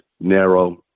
narrow